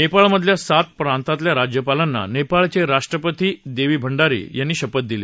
नेपाळमधल्या सात प्रांतातल्या राज्यपालांना नेपाळचे राष्ट्रपती बिद्या देवी भंडारी यांनी शपथ दिली